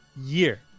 year